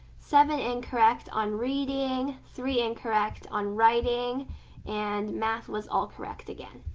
seven incorrect on reading, three incorrect on writing and math was all correct again.